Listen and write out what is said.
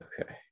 okay